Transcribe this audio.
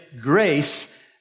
grace